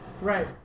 Right